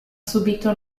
subito